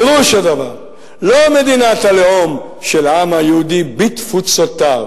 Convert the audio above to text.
פירוש הדבר: לא מדינת הלאום של העם היהודי בתפוצותיו,